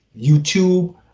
youtube